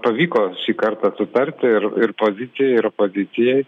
pavyko šį kartą sutarti ir ir pozicija ir opozicijai